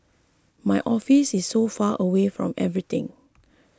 my office is so far away from everything